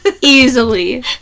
easily